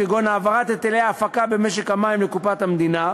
כגון העברת היטלי הפקה במשק במים לקופת המדינה,